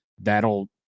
That'll